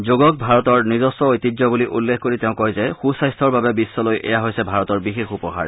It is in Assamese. যোগক ভাৰতৰ নিজস্ব ঐতিহ্য বুলি উল্লেখ কৰি তেওঁ কয় যে সু স্বাস্থ্যৰ বাবে বিশ্বলৈ এয়া হৈছে ভাৰতৰ বিশেষ উপহাৰ